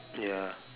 ya